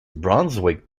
brunswick